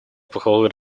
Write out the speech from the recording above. похвалы